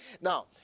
Now